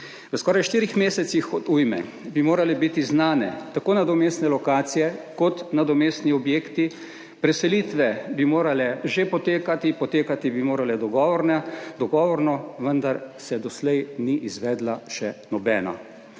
V skoraj štirih mesecih od ujme bi morale biti znane tako nadomestne lokacije kot nadomestni objekti, preselitve bi morale že potekati, potekati bi morale dogovorne, dogovorno, vendar se doslej ni izvedla še nobena.